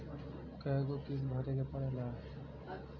कय गो किस्त भरे के पड़ेला?